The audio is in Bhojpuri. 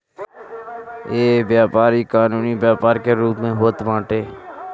इ व्यापारी कानूनी व्यापार के रूप में होत बाटे